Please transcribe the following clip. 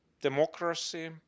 democracy